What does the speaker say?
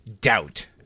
doubt